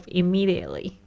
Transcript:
immediately